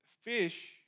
fish